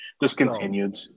Discontinued